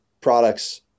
products